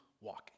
walking